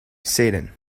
satan